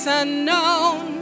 unknown